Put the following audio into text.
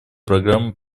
программ